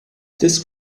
this